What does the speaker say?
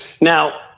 Now